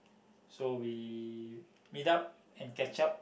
so we meet up and catch up